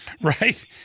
Right